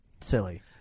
silly